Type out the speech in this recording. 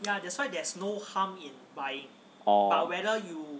oh